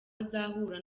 azahura